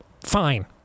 fine